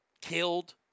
killed